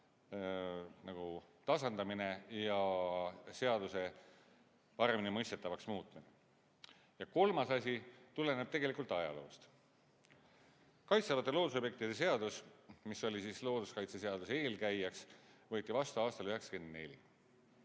tasandamine ja seaduse paremini mõistetavaks muutmine. Ja kolmas asi tuleneb tegelikult ajaloost. Kaitstavate loodusobjektide seadus, mis oli looduskaitseseaduse eelkäijaks, võeti vastu aastal 1994.